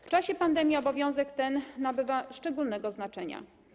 W czasie pandemii obowiązek ten nabiera szczególnego znaczenia.